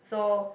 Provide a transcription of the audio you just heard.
so